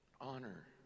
honor